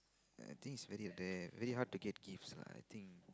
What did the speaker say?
I think speed of them very hard to get gifts lah I think